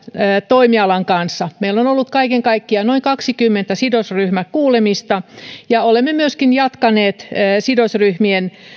toimialan kanssa meillä on ollut kaiken kaikkiaan noin kaksikymmentä sidosryhmäkuulemista ja olemme jatkaneet sidosryhmien